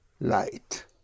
light